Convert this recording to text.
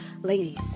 ladies